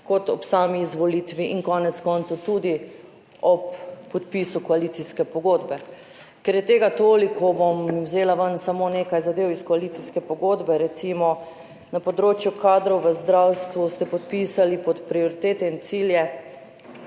kot ob sami izvolitvi in konec koncev tudi ob podpisu koalicijske pogodbe. Ker je tega toliko, bom vzela ven samo nekaj zadev iz koalicijske pogodbe. Recimo, na področju kadrov v zdravstvu ste podpisali pod prioritete in cilje: